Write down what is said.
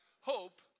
hope